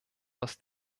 was